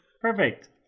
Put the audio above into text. Perfect